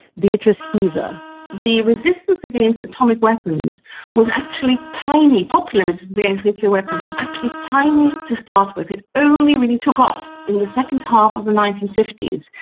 beatrice heuser the resistance against atomic weapons was actually tiny, popular resistance against nuclear weapons was actually tiny to start with. it only really took off in the second half of the nineteen fifty s.